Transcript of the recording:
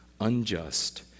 unjust